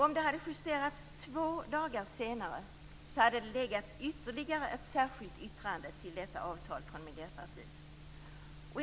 Om det hade justerats två dagar senare hade det funnits ytterligare ett särskilt yttrande till detta avtal från Miljöpartiet.